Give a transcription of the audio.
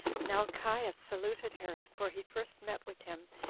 now caius saluted herod, for he first met with him,